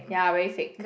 ya very fake